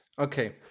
Okay